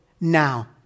now